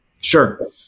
Sure